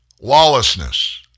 lawlessness